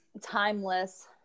timeless